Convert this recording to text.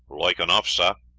like enough, sir,